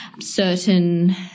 Certain